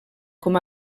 com